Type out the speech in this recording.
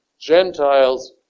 Gentiles